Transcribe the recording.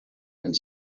and